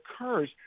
occurs